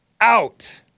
out